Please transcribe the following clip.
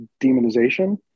demonization